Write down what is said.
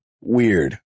weird